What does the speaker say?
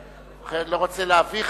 נתקבלה.